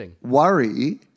worry